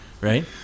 Right